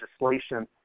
legislation